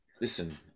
Listen